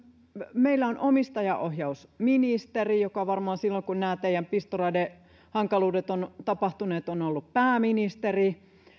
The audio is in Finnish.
meillä on omistajaohjausministeri joka varmaan silloin kun nämä teidän pistoraidehankaluutenne ovat tapahtuneet on ollut pääministeri